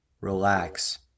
Relax